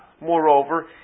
moreover